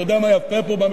אתה יודע מה יפה בו,